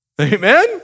Amen